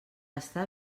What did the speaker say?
estar